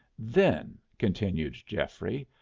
then, continued geoffrey,